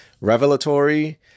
revelatory